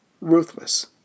ruthless